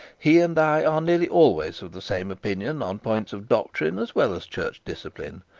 he and i are nearly always of the same opinion on points of doctrine as well as church discipline,